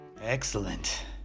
Excellent